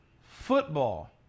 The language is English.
football